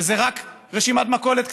זאת רק רשימת מכולת קצרה.